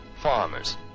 farmers